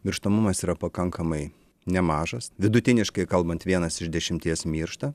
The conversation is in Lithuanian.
mirštamumas yra pakankamai nemažas vidutiniškai kalbant vienas iš dešimties miršta